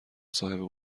صاحب